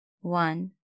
one